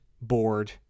bored